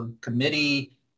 committee